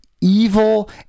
evil